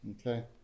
Okay